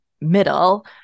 middle